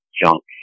junk